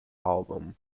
album